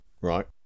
Right